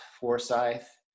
Forsyth